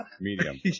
Medium